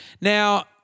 Now –